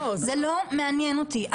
זה לא מעניין אותי.